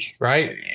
right